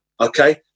Okay